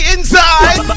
Inside